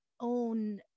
own